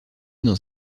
dans